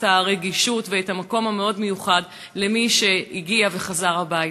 את הרגישות ואת המקום המאוד-מיוחד למי שהגיע וחזר הביתה.